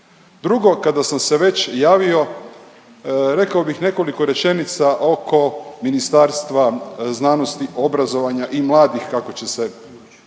Drugo, kada sam se već javio rekao bih nekoliko rečenica oko Ministarstva znanosti, obrazovanja i mladih kako će se sada